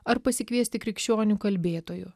ar pasikviesti krikščionių kalbėtojų